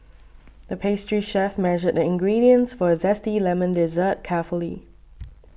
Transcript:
the pastry chef measured the ingredients for a Zesty Lemon Dessert carefully